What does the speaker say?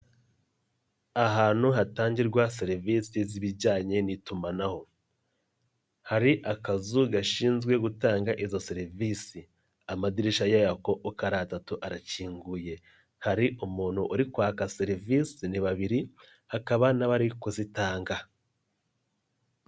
Ahantu hatangirwa serivisi z'ibijyanye n'itumanaho. Hari akazu gashinzwe gutanga izo serivisi. Amadirishya yako uko ari atatu arakinguye. Hari umuntu uri kwaka serivisi, ni babiri hakaba n'abari kuzitanga.